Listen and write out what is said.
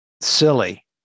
silly